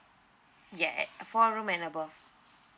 ye~ at four room and above